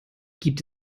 gibt